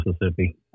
Mississippi